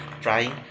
trying